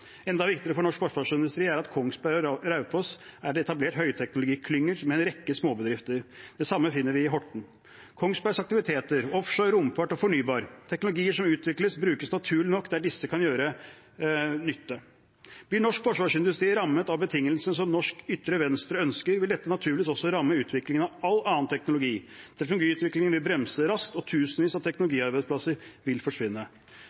Enda viktigere for norsk forsvarsindustri er at det i Kongsberg og Raufoss er etablert høyteknologiklynger, som en rekke småbedrifter. Det samme finner vi i Horten. Kongsbergs aktiviteter, offshore, romfart og fornybar – teknologier som utvikles, brukes naturlig nok der disse kan gjøre nytte. Blir norsk forsvarsindustri rammet av betingelsene som norsk ytre venstre ønsker, vil dette naturligvis også ramme utviklingen av all annen teknologi. Teknologiutviklingen vil bremse raskt, og tusenvis av teknologiarbeidsplasser vil forsvinne.